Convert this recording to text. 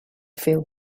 feel